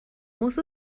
muss